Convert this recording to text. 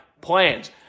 plans